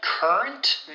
Current